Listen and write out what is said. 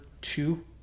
two